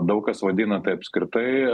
daug kas vadina tai apskritai